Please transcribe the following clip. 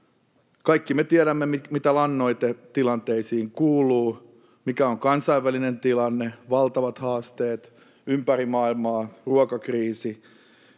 Kaikki me tiedämme, mitä lannoitetilanteeseen kuuluu, mikä on kansainvälinen tilanne. On valtavat haasteet, ympäri maailmaa ruokakriisi,